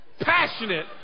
passionate